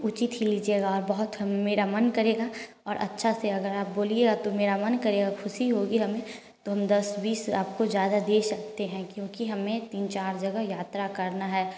उचित ही लीजिएगा और बहुत मेरा मन करेगा और अच्छा से अगर आप बोलिएगा तो मेरा मन करेगा खुशी होगी हमें तो हम दस बीस आपको ज्यादा दे सकते हैं क्योंकि हमें तीन चार जगह यात्रा करना है